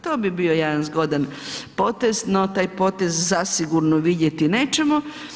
To bi bio jedan zgodan potez, no taj potez zasigurno vidjeti nećemo.